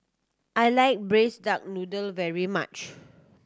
I like Braised Duck Noodle very much